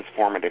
transformative